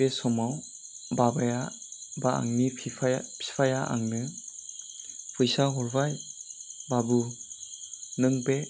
बे समाव बाबाया बा आंनि बिफाया बिफाया आंनो फैसा हरबाय बाबु नों बे